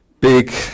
big